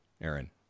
Aaron